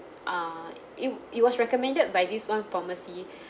err it it was recommended by this one pharmacy